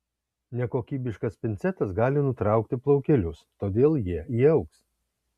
nekokybiškas pincetas gali nutraukti plaukelius todėl jie įaugs